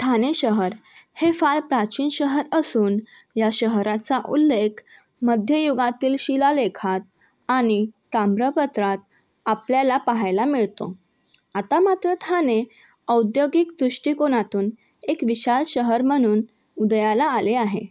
ठाने शहर हे फार प्राचीन शहर असून या शहराचा उल्लेख मध्ययुगातील शिलालेखात आणि ताम्रपत्रात आपल्याला पाहायला मिळतो आता मात्र थाने औद्योगिक दृष्टिकोनातून एक विशाल शहर म्हणून उदयाला आले आहे